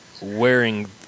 Wearing